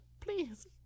please